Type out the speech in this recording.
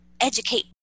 educate